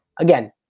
Again